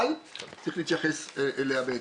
אבל צריך להתייחס אליה בהתאם.